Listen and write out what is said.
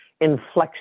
inflection